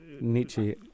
Nietzsche